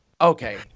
Okay